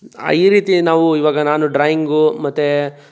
ಈ ರೀತಿ ನಾವು ಇವಾಗ ನಾನು ಡ್ರಾಯಿಂಗು ಮತ್ತು